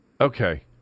Okay